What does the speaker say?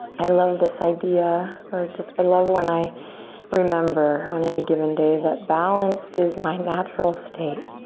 i love this idea or just i love when i remember on any given day that balance is my natural state.